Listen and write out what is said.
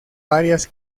varias